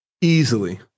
easily